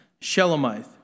Shelomith